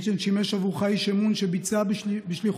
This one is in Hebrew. מילצ'ן "שימש עבורך איש אמון שביצע בשליחותך